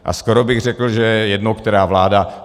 A skoro bych řekl, že je jedno, která vláda.